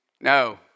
No